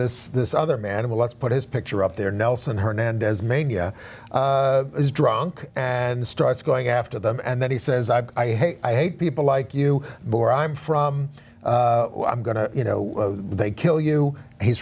this this other man i'm a let's put his picture up there nelson hernandez mania is drunk and starts going after them and then he says i i hate i hate people like you bore i'm from i'm going to you know they kill you he's